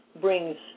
brings